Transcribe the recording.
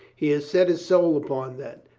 he had set his soul upon that.